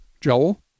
Joel